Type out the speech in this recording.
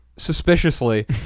suspiciously